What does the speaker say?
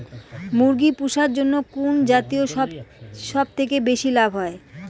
মুরগি পুষার জন্য কুন জাতীয় সবথেকে বেশি লাভ হয়?